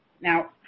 Now